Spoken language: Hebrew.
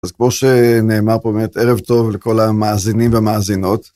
אז כמו שנאמר פה באמת, ערב טוב לכל המאזינים והמאזינות.